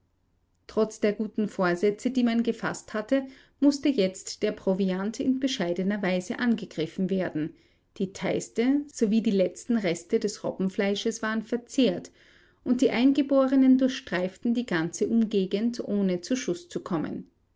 trotz der guten vorsätze die man gefaßt hatte mußte jetzt der proviant in bescheidener weise angegriffen werden die teiste sowie die letzten reste des robbenfleisches waren verzehrt und die eingeborenen durchstreiften die ganze umgegend ohne zu schuß zu kommen